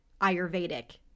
Ayurvedic